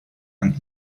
and